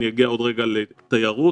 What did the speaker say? עוד רגע אגיע לתיירות,